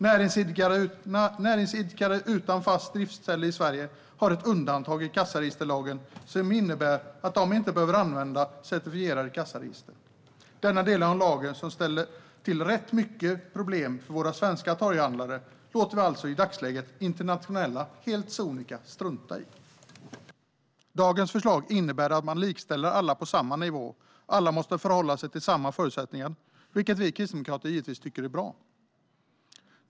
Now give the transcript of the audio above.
Näringsidkare utan fast driftställe i Sverige har ett undantag i kassaregisterlagen som innebär att de inte behöver använda certifierade kassaregister. Denna del av lagen, som ställer till rätt mycket problem för våra svenska torghandlare, låter vi alltså i dagsläget internationella torghandlare helt sonika strunta i. Dagens förslag innebär att man likställer alla på samma nivå. Alla måste förhålla sig till samma förutsättningar, vilket vi kristdemokrater givetvis tycker är bra.